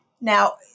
Now